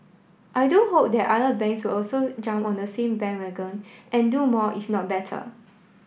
I do hope that other banks will also jump on the same bandwagon and do more if not better